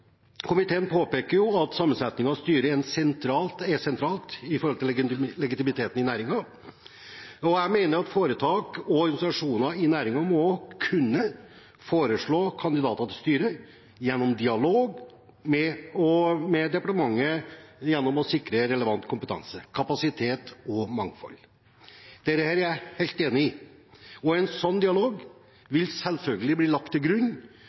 Komiteen påpeker at sammensetningen av styret er sentralt med hensyn til legitimiteten i næringen, og mener at foretak og organisasjoner i næringen må «kunne foreslå kandidater til styret og gjennom dialog med departementet sikre relevant kompetanse, kapasitet og mangfold». Dette er jeg helt enig i, og en slik dialog vil selvfølgelig bli lagt til grunn